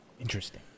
Interesting